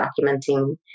documenting